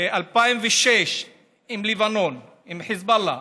2006 בלבנון עם חיזבאללה